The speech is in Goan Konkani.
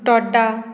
तोड्डा